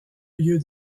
lieu